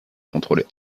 contrôlé